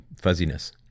fuzziness